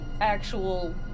actual